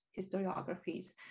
historiographies